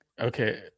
Okay